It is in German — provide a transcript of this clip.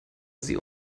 sie